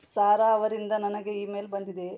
ಸಾರಾ ಅವರಿಂದ ನನಗೆ ಇಮೇಲ್ ಬಂದಿದೆಯೇ